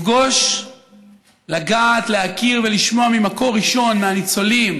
לפגוש, לגעת, להכיר ולשמוע ממקור ראשון מהניצולים